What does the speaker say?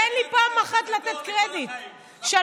אתם אמרתם שזה תואר לכל החיים.